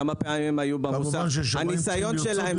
כלומר, כמה פעמים הם היו במוסך, הניסיון שלהם.